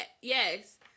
yes